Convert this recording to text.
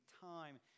Time